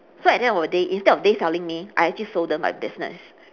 so at the end of the day instead of they selling me I actually sold them my business